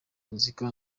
muzika